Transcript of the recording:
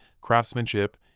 craftsmanship